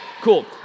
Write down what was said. cool